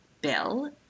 Bill